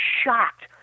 shocked